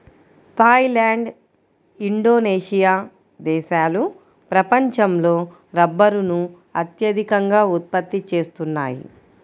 Thai land, Indonesia దేశాలు ప్రపంచంలో రబ్బరును అత్యధికంగా ఉత్పత్తి చేస్తున్నాయి